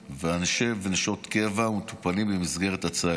ואנשי ונשות קבע ומטופלים במסגרת הצה"לית.